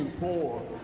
poor